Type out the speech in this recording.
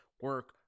Work